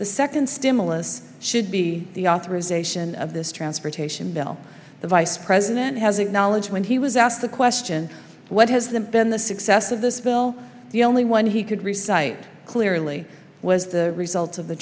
the second stimulus should be the authorization of this transportation bill the vice president has acknowledged when he was asked the question what has the been the success of this bill the only one he could recites clearly was the results of the